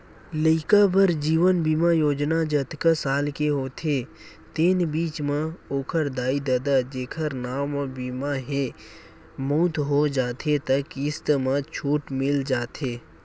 लइका बर जीवन बीमा योजना जतका साल के होथे तेन बीच म ओखर दाई ददा जेखर नांव म बीमा हे, मउत हो जाथे त किस्त म छूट मिल जाथे